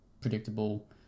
predictable